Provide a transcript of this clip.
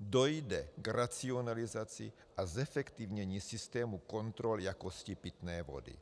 dojde k racionalizaci a zefektivnění systému kontrol jakosti pitné vody.